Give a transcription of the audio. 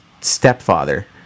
stepfather